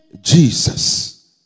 Jesus